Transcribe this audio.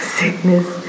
sickness